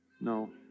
No